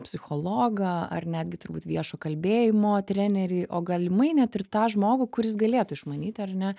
psichologą ar netgi turbūt viešo kalbėjimo trenerį o galimai net ir tą žmogų kuris galėtų išmanyti ar ne